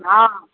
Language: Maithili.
हँ